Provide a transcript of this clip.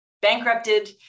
bankrupted